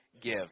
give